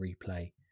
replay